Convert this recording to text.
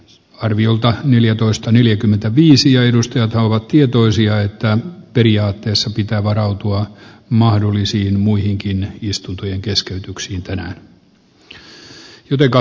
arviolta neljätoista neljäkymmentäviisi ja edustajat ovat tietoisia että periaatteessa pitää varautua mahdollisiin muihinkin istuntojen kesken oks arvoisa puhemies